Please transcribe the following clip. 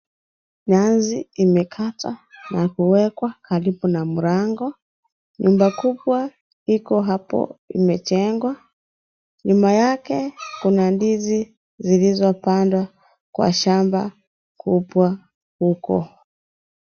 Nyasi imekatwa na kuwekwa karibu na mlango. Nyumba kubwa iko hapo imejengwa. Nyuma yake kuna ndizi zilizopandwa kwa shamba kubwa huku.